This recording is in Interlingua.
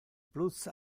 plus